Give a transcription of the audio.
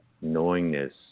knowingness